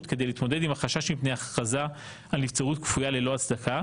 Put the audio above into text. כדי להתמודד עם החשש מפני הכרזה על נבצרות כפויה ללא הצדקה